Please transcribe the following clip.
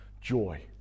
joy